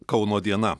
kauno diena